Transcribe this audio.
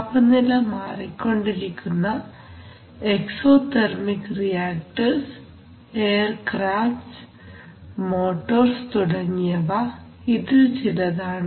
താപനില മാറിക്കൊണ്ടിരിക്കുന്ന exothermic reactors aircrafts motors തുടങ്ങിയവ ഇതിൽ ചിലതാണ്